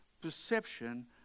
perception